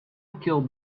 kill